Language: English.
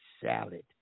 salad